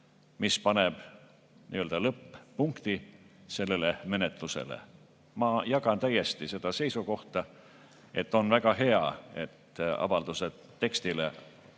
mis paneb lõpp-punkti sellele menetlusele. Ma jagan täiesti seda seisukohta, et on väga hea, kui avalduse tekstile